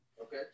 Okay